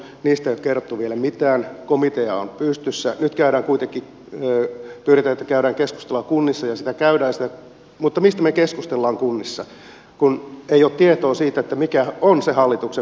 niistä kerrottu vielä mitään komitea on pystyssä pitkää kuitekki mie tyylitelty käydä keskustelua kunnissa joista täydestä mutta mistä me keskustellaan kunnissa on jo tieto siitä mikä on se hallituksen